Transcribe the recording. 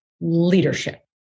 leadership